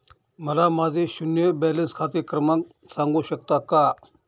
मला माझे शून्य बॅलन्स खाते क्रमांक सांगू शकता का?